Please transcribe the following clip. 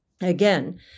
again